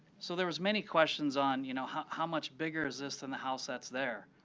so there was many questions on you know how how much bigger is this than the house that's there.